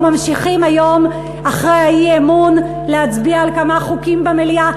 אנחנו ממשיכים היום אחרי האי-אמון להצביע על כמה חוקים במליאה.